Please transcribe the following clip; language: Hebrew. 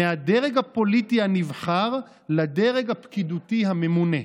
מהדרג הפוליטי הנבחר לדרג הפקידותי הממונה".